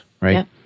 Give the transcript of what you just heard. right